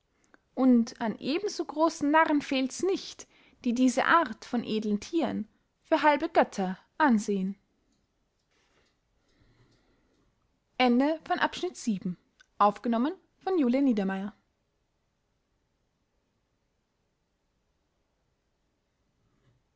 und an ebenso grossen narren fehlts nicht die diese art von edlen thieren für halbe götter ansehen